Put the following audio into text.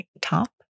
top